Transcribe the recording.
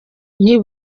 nk’i